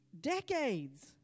decades